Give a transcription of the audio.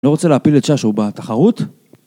לא רוצה להפיל את ששו בתחרות